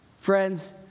Friends